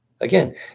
Again